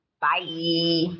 Bye